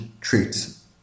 traits